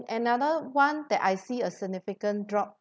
another one that I see a significant drop